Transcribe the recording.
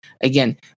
Again